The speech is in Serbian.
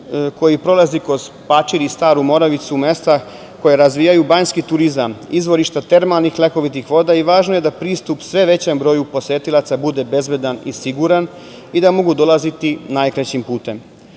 koji prolazi kroz Pačir i Staru Moravicu, mesta koja razvijaju banjski turizam, izvorišta termalnih lekovitih voda i važno je da pristup sve većem broju posetilaca bude bezbedan i siguran i da mogu dolaziti najkraćim putem. SVM